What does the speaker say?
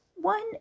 One